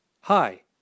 Hi